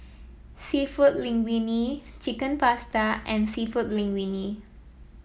seafood Linguine Chicken Pasta and seafood Linguine